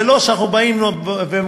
זה לא שאנחנו באים ומקבלים,